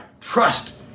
trust